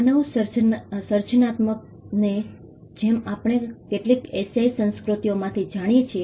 માનવ સર્જનાત્મકતા ને જેમ આપણે કેટલીક એશિયાઈ સંસ્કૃતિઓ માંથી જાણીએ છીએ